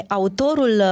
autorul